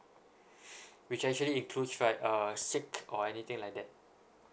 which actually include right uh sick or anything like that